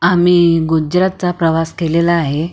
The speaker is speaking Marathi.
आम्ही गुजरातचा प्रवास केलेला आहे